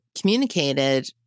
communicated